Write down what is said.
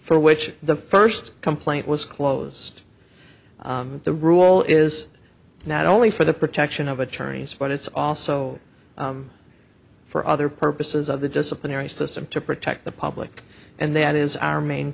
which the first complaint was closed the rule is not only for the protection of attorneys but it's also for other purposes of the disciplinary system to protect the public and that is our main